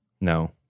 No